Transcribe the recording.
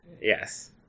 Yes